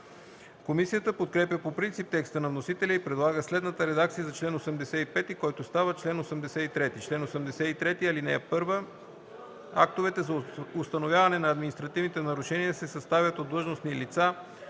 Комисията подкрепя по принцип текста на вносителя и предлага следната редакция за чл. 85, който става чл. 83: „Чл. 83. (1) Актовете за установяване на административните нарушения се съставят от длъжностни лица,